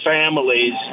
families